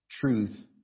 truth